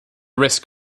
risk